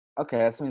Okay